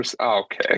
Okay